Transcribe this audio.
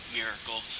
miracle